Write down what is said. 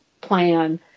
plan